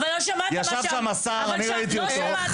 יש שם השר, ראיתי אותו.